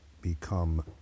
become